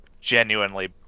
genuinely